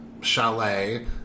chalet